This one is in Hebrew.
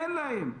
אין להם.